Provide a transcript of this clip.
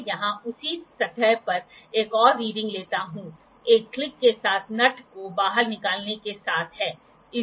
मैं यहां उसी सतह पर एक और रीडिंग लेता हूं एक क्लिक के साथ नट को बाहर निकालने के साथ है